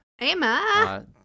Emma